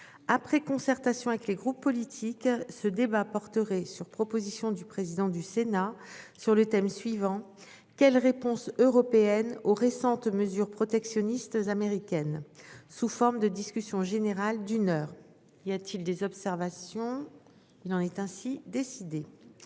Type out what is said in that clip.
Après concertation avec les groupes politiques ce débat porterait sur proposition du président du Sénat sur le thème suivant quelle réponse européenne aux récentes mesures protectionnistes américaines sous forme de discussion générale d'une heure, y a-t-il des observations. Il en est ainsi décidé.